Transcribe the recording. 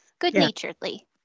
good-naturedly